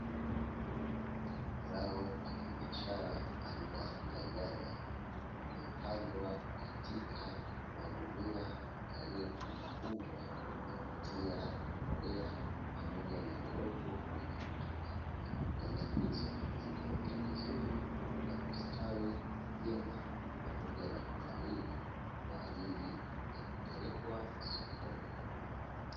Zao la kibiashara aina ya nyanya, limepandwa katika magunia yaliyo kunjwakunjwa na kutia mbolea pamoja na udongo wenye rutuba. Nyanya hizo zimeota vizuri na kustawi vyema pamoja na kunawiri kwaajili ya kupelekwa sokoni.